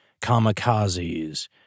Kamikazes